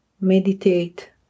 Meditate